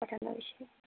पठनविषये